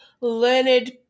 learned